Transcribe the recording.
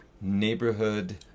neighborhood